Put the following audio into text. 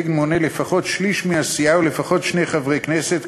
מונה לפחות שליש מהסיעה ולפחות שני חברי הכנסת,